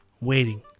waiting